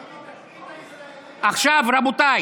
עכשיו, רבותיי,